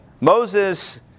Moses